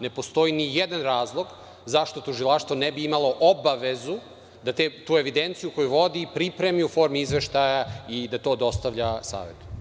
Ne postoji nijedan razlog zašto tužilaštvo ne bi imalo obavezu da tu evidenciju koju vodi pripremi u formi izveštaja i da to dostavlja Savetu.